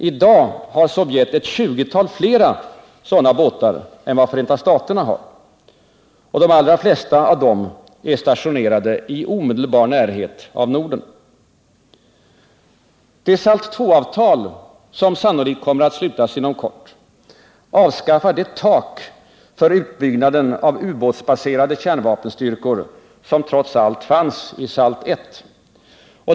I dag har Sovjet ett tjugotal fler sådana ubåtar än Förenta staterna, och de allra flesta av dessa är stationerade i omedelbar närhet av Norden. Det SALT II-avtal som sannolikt kommer att slutas inom kort avskaffar det tak för utbyggnaden av de ubåtsbaserade kärnvapenstyrkorna som trots allt fanns i SALT I.